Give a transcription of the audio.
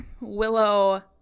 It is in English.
Willow